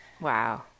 Wow